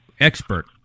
expert